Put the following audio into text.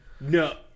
no